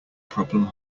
problem